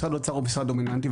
משרד האוצר הוא משרד דומיננטי,